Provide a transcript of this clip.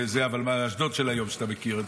אבל אשדוד של היום אתה מכיר.